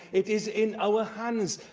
it is in our hands.